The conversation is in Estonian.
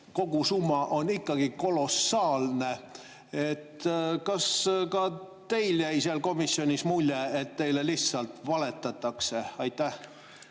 kogusumma on ikkagi kolossaalne. Kas ka teile jäi seal komisjonis mulje, et teile lihtsalt valetatakse? Ka